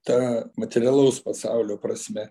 ta materialaus pasaulio prasme